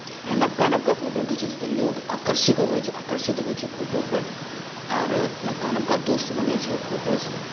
नवका नवका फोटो घिचैत छै तऽ लोक आकर्षित होइत छै फोटोपर आर नवका नवका दोस्त बनैत छै ओहि फोटोसँ